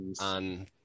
on